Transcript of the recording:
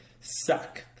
suck